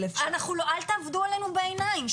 אל תעבדו עלינו בעיניים.